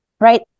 Right